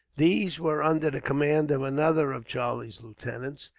these were under the command of another of charlie's lieutenants,